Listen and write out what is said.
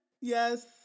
Yes